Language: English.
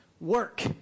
work